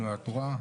נו את מבינה?